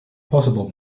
possible